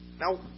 Now